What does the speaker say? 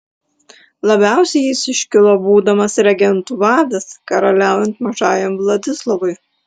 labiausiai jis iškilo būdamas regentų vadas karaliaujant mažajam vladislovui